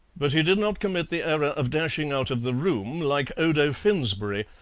but he did not commit the error of dashing out of the room like odo finsberry,